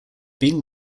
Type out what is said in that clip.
being